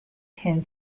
him